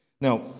Now